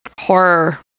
horror